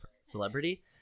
celebrity